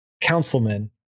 councilman